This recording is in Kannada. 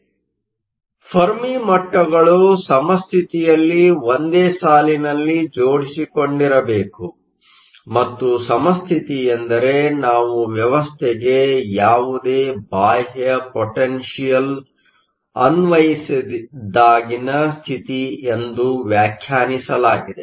ಆದ್ದರಿಂದ ಫೆರ್ಮಿ ಮಟ್ಟಗಳು ಸಮಸ್ಥಿತಿಯಲ್ಲಿ ಒಂದೇ ಸಾಲಿನಲ್ಲಿ ಜೋಡಿಸಿಕೊಂಡಿರಬೇಕು ಮತ್ತು ಸಮಸ್ಥಿತಿ ಎಂದರೆ ನಾವು ವ್ಯವಸ್ಥೆಗೆ ಯಾವುದೇ ಬಾಹ್ಯ ಪೊಟೆನ್ಷಿಯಲ್Potential ಅನ್ವಯಿಸದಿದ್ದಾಗಿನ ಸ್ಥಿತಿ ಎಂದು ವ್ಯಾಖ್ಯಾನಿಸಲಾಗಿದೆ